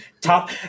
Top